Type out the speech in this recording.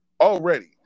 Already